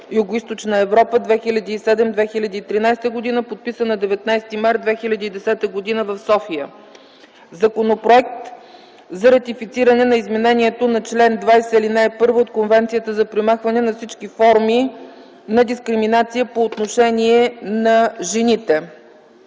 „Югоизточна Европа” 2007-2013 г., подписан на 19 март 2010 г. в София. 8. Законопроект за ратифициране на изменението на чл. 20, ал. 1 от Конвенцията за премахване на всички форми на дискриминация по отношение на жените.